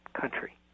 country